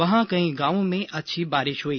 वहां कई गांवों में अच्छी बारिश हुई